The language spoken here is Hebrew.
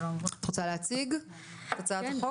שלום, את רוצה להציג את הצעת החוק?